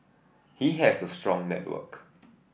he has a strong network